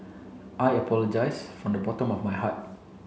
I apologize from the bottom of my heart